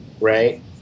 right